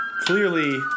clearly